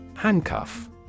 Handcuff